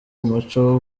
umuco